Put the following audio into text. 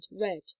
read